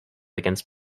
against